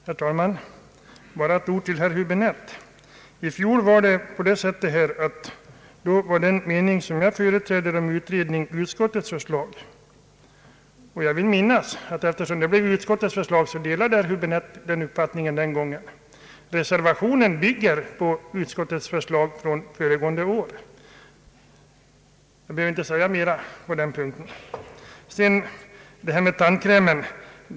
Herr talman! Bara ett ord till herr Häibinette. I fjol var den mening jag företräder lika med utskottets förslag. Jag föreställer mig att eftersom så blev fallet delade herr Häbinette min uppfattning den gången. Vår reservation i år bygger på utskottets förslag från förra året. Jag behöver inte säga mer på den punkten. Så var det detta med tandkrämen.